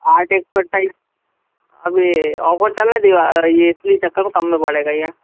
आठ एक सौ अट्ठाईस अभी औफर चल रहा है दीवा ये इस लिए चकर में कम में पड़ेगा ये